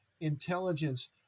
intelligence